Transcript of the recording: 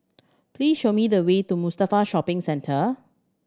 please show me the way to Mustafa Shopping Centre